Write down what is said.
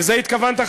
לזה התכוונת,